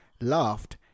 laughed